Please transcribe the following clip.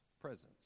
presence